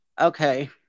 Okay